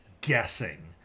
guessing